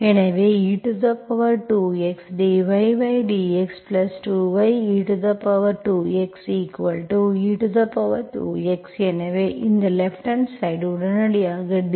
எனவேe2xdydx2y e2xe2x எனவே இந்த left hand side உடனடியாக ddxe2x